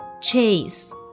chase